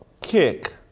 kick